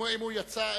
אם הוא יצא,